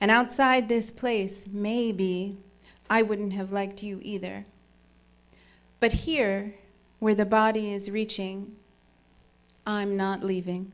and outside this place maybe i wouldn't have liked you either but here where the body is reaching i'm not leaving